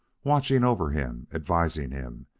watching over him, advising him,